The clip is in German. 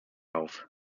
auf